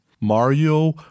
Mario